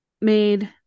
made